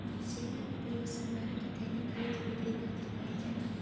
सिक्का के प्रयोग सामान के दैनिक खरीद बिक्री खातिर कईल जाला